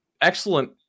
excellent